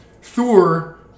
Thor